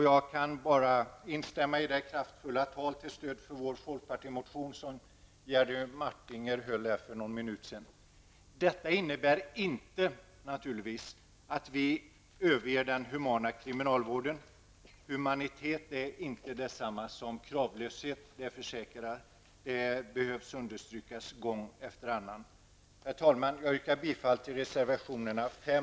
Jag kan bara instämma i de kraftfulla ord till stöd för vår folkpartimotion som Jerry Martinger uttalade här nyss. Naturligtvis innebär inte detta att vi överger tanken om den humana kriminalvården. Det behövs understrykas gång efter annan att humanitet inte är det samma som kravlöshet. Herr talman! Jag yrkar bifall till reservationerna 5